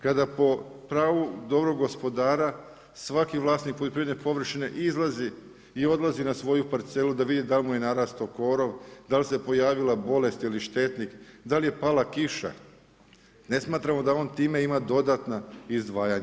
Kada po pravu dobrog gospodara svaki vlasnik poljoprivredne površine izlazi i odlazi na svoju parcelu da vidi da li mu je narastao korov da li se pojavila bolest ili štetnik, da li je pala kiša ne smatramo da on time ima dodatna izdvajanja.